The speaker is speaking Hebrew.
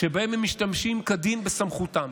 שבהם הם משתמשים כדין בסמכותם.